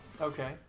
Okay